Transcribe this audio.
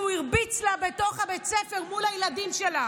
שהוא הרביץ לה בתוך בית הספר מול הילדים שלה